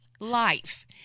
life